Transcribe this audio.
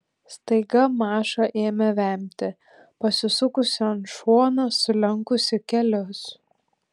staiga maša ėmė vemti pasisukusi ant šono sulenkusi kelius